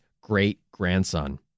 great-grandson